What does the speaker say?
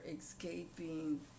escaping